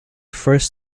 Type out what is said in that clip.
first